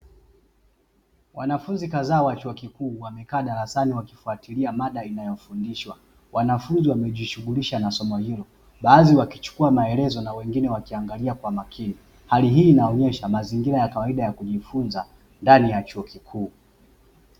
Wanafunzi kadhaa wa chuo kikuu, wamekaa darasani wakifuatilia mada inayofudishwa. Wanafunzi wamejishughulisha na somo hilo. Baadhi wakichukua maelezo na wengine wakiangalia kwa makini. Hali hii inaonyesha mazingira ya kawaida ya kujifunza ndani ya chuo kikuu.